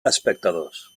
espectadors